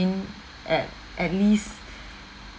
at at least